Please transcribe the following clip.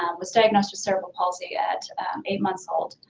was diagnosed with cerebral palsy at eight months old.